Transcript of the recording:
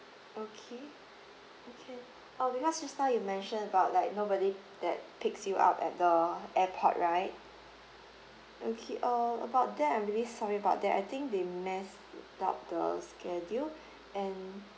okay can uh because just now you mention about like nobody that picks you up at the airport right okay uh about that I'm really sorry about that I think they mess up the schedule and